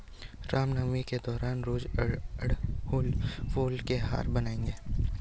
रामनवमी के दौरान रोज अड़हुल फूल के हार बनाएंगे